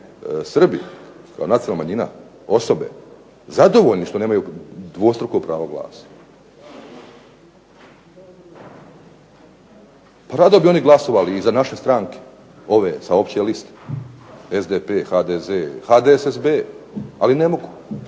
Srbi kao nacionalna manjina osobe zadovoljni što nemaju dvostruko pravo glasa? Pa rado bi oni glasovali i za naše stranke, ove sa opće liste – SDP, HDZ, HDSSB, ali ne mogu